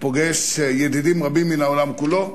פוגש ידידים רבים מן העולם כולו,